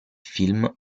film